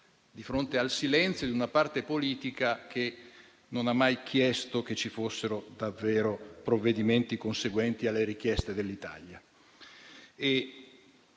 di fronte al silenzio di una parte politica che non ha mai chiesto che ci fossero davvero provvedimenti conseguenti alle richieste dell'Italia.